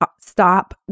stop